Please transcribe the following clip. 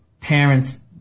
parents